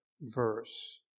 verse